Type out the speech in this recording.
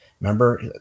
Remember